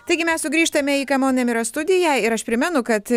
taigi mes sugrįžtame į kamon nemira studiją ir aš primenu kad